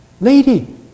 Lady